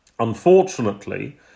Unfortunately